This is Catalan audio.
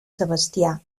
sebastià